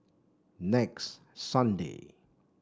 next Sunday